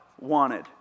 wanted